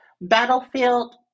Battlefield